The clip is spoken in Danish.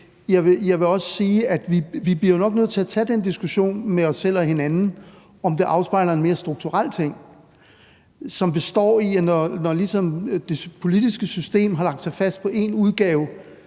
jeg vil også sige, at vi jo nok bliver nødt til at tage den diskussion med os selv og hinanden, altså om det afspejler en mere strukturel ting, som består i, at når det politiske system har lagt sig fast på en udgave,